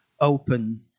open